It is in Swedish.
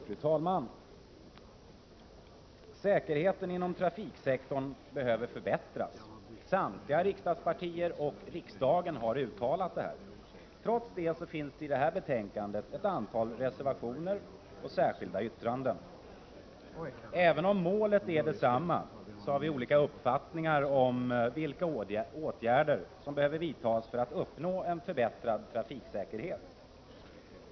Fru talman! Säkerheten inom trafiksektorn behöver förbättras. Samtliga riksdagspartier och även riksdagen har uttalat detta. Trots det finns i detta betänkande ett antal reservationer och särskilda yttranden. Även om målet är detsamma, har vi olika uppfattningar om vilka åtgärder som behöver vidtas för att uppnå en förbättrad trafiksäkerhet.